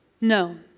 No